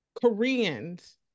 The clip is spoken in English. Koreans